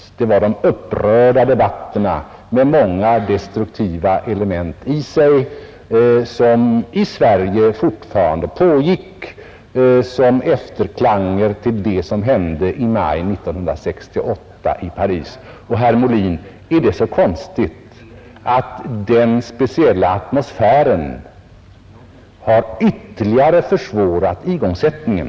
Det var de upprörda debatterna, med många destruktiva inslag, som i Sverige ännu pågick som efterklanger till det som hände i Paris i maj 1968. Är det så konstigt, herr Molin, att den speciella atmosfären har ytterligare försvårat igångsättningen?